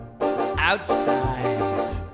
outside